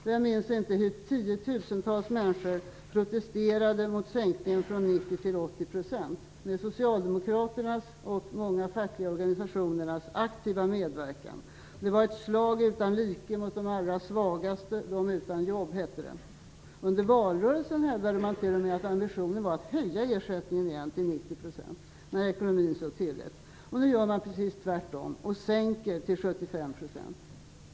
Vem minns inte hur tiotusentals människor protesterade mot sänkningen från 90-80 % med Socialdemokraternas och många fackliga organisationers aktiva medverkan. Det var ett slag utan like mot de allra svagaste, dem utan jobb, hette det. Under valrörelsen hävdade man t.o.m. att ambitionen var att höja ersättningen till 90 % igen när ekonomin så tillät. Nu gör man precis tvärtom och sänker till 75 %.